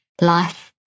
life